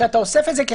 אני חייב לבדוק את זה.